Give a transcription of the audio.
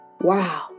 wow